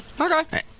Okay